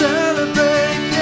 Celebrate